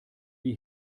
die